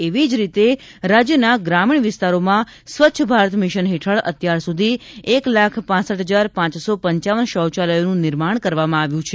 એવી જ રીતે રાજ્યના ગ્રામીણ વિસ્તારોમાં સ્વચ્છ ભારત મિશન હેઠળ અત્યાર સુધી એક લાખ હપ હજાર પપપ શૌચાલયોનું નિર્માણ કરવામાં આવ્યું છે